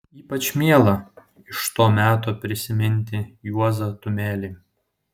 ypač miela iš to meto prisiminti juozą tumelį